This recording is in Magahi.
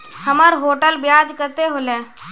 हमर टोटल ब्याज कते होले?